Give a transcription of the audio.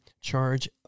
charge